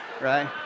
Right